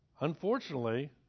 Unfortunately